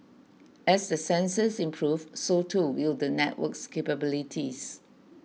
as the sensors improve so too will the network's capabilities